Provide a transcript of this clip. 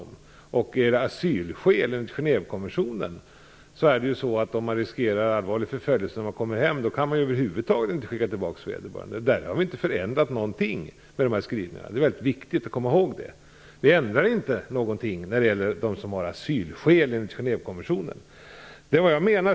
Med asylskäl enligt Genèvekonventionen förhåller det sig så, att den som riskerar allvarlig förföljelse vid hemkomsten inte kan skickas tillbaka över huvud taget. I det avseendet har vi inte förändrat någonting med de här skrivningarna. Det är väldigt viktigt att komma ihåg det. Vi ändrar inte någonting när det gäller dem som har asylskäl enligt Genèvekonventionen.